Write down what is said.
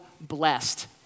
blessed